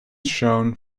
shone